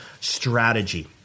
strategy